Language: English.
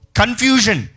confusion ி